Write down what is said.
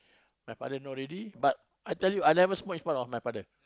my father know already but I tell you I never smoke in front of my father